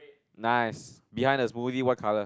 nice behind there's smoothie what colour